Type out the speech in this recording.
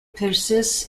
persists